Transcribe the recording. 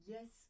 Yes